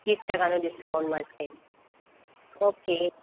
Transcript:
ત્રીસ ટકાનું ડિસ્કાઉન્ટ મળશે ઓકે